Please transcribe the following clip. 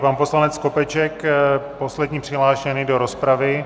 Pan poslanec Skopeček je poslední přihlášený do rozpravy.